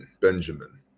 Benjamin